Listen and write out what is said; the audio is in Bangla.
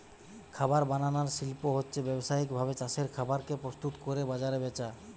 খাবার বানানার শিল্প হচ্ছে ব্যাবসায়িক ভাবে চাষের খাবার কে প্রস্তুত কোরে বাজারে বেচা